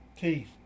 Teeth